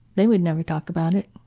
they would never talk about it.